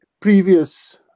previous